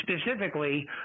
specifically